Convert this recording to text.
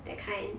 that kind